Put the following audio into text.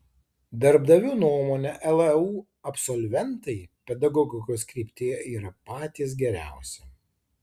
darbdavių nuomone leu absolventai pedagogikos kryptyje yra patys geriausi